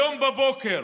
היום בבוקר